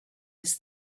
was